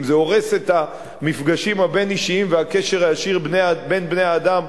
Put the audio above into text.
אם זה הורס את המפגשים הבין-אישיים והקשר הישיר בין בני-אדם,